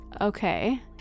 Okay